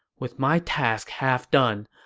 with my task half done.